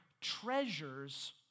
treasures